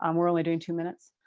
um we're only doing two minutes.